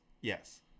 yes